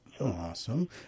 Awesome